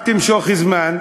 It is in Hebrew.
רק תמשוך זמן,